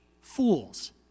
fools